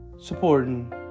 supporting